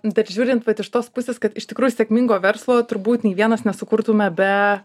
dar žiūrint vat iš tos pusės kad iš tikrųjų sėkmingo verslo turbūt nei vienas nesukurtume be